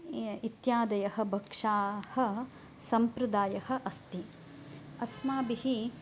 इत्यादयः भक्षाः सम्प्रदायः अस्ति अस्माभिः